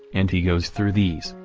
and he goes through these,